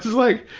like,